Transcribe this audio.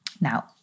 Now